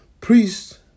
Priests